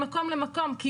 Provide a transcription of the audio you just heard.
א'